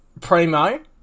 primo